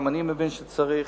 גם אני מבין שצריך,